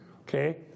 okay